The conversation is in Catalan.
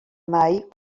mai